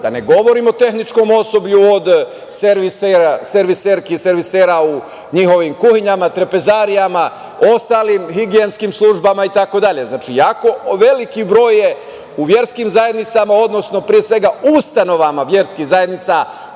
da ne govorim o tehničkom osoblju, od serviserki, servisera u njihovim kuhinjama, trpezarijama, ostalim higijenskim službama itd. Znači, jako je veliki broj u verskim zajednicama, odnosno ustanovama verskih zajednica